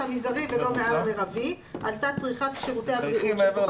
עלתה צריכת שירותי הבריאות של קופת